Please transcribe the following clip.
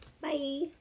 Bye